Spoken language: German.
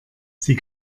sie